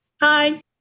Hi